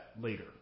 later